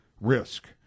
risk